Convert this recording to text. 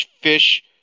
fish